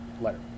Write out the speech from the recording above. letter